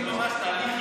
זה תהליך ירוק.